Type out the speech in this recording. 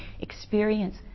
experience